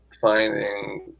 finding